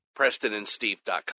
PrestonandSteve.com